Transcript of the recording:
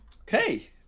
Okay